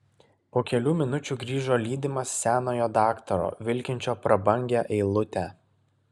po kelių minučių grįžo lydimas senojo daktaro vilkinčio prabangią eilutę